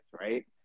right